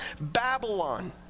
Babylon